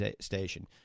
station